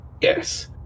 Yes